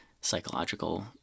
psychological